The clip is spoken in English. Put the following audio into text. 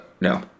No